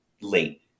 late